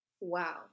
Wow